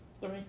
Three